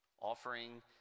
offering